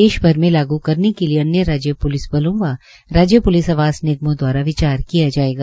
देशभर में लागू करने के लिए अन्य राज्य प्लिस बलों व राज्य प्लिस आवास निगमों द्वारा विचार किया जाएगा